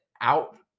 out